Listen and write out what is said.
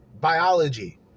biology